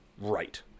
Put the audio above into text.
Right